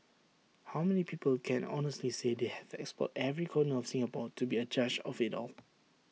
how many people can honestly say they have explored every corner of Singapore to be A judge of IT all